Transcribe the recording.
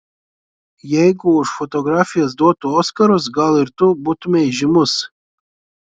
jeigu už fotografijas duotų oskarus gal ir tu būtumei žymus